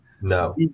No